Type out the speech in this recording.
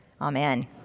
amen